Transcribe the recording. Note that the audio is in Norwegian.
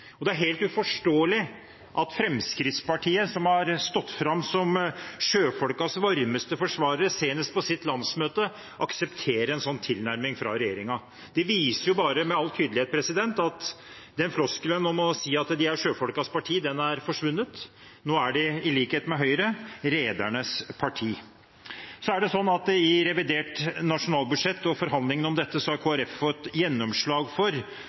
Det er helt uforståelig at Fremskrittspartiet, som har stått fram som sjøfolkenes varmeste forsvarere, senest på sitt landsmøte, aksepterer en slik tilnærming fra regjeringen. Det viser bare med all tydelighet at floskelen om at de er sjøfolkenes parti, er forsvunnet. Nå er de, i likhet med Høyre, redernes parti. I revidert nasjonalbudsjett og forhandlingene om dette har Kristelig Folkeparti fått gjennomslag for at en skal komme tilbake igjen til Stortinget med grunnlaget for denne saken. Det er vi veldig glad for.